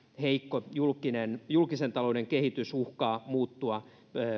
heikko julkisen talouden kehitys uhkaa muuttua